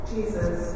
Jesus